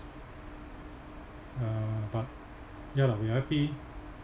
uh but ya lah we are happy